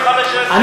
50,000, 45,000 שקל.